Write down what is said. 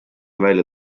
välja